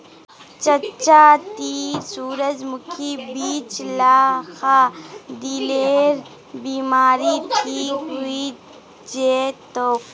चच्चा ती सूरजमुखीर बीज ला खा, दिलेर बीमारी ठीक हइ जै तोक